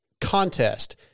contest